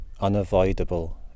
Unavoidable